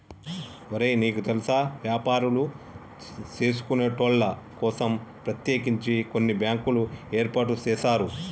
ఒరే నీకు తెల్సా వ్యాపారులు సేసుకొనేటోళ్ల కోసం ప్రత్యేకించి కొన్ని బ్యాంకులు ఏర్పాటు సేసారు